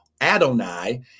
Adonai